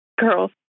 Girls